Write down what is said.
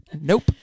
nope